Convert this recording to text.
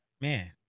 man